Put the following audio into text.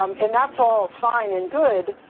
um and that's all fine and good,